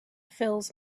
fills